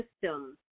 system